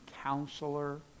Counselor